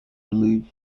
relief